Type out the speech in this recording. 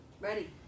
Ready